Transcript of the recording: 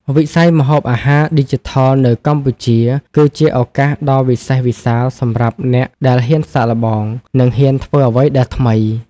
វិស័យម្ហូបអាហារឌីជីថលនៅកម្ពុជា គឺជាឱកាសដ៏វិសេសវិសាលសម្រាប់អ្នកដែលហ៊ានសាកល្បង និងហ៊ានធ្វើអ្វីដែលថ្មី។